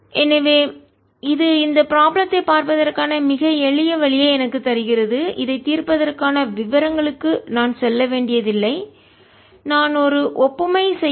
எனவே இது இந்த ப்ராப்ளத்தை பார்ப்பதற்கான மிக எளிய வழியை எனக்கு தருகிறது இதைத் தீர்ப்பதற்கான விவரங்களுக்கு நான் செல்ல வேண்டியதில்லை நான் ஒரு ஒப்புமை செய்ய முடியும்